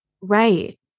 right